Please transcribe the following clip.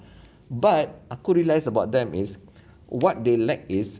but aku realize about them is what they lack is